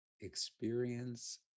experience